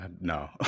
No